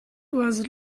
was